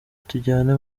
tujyane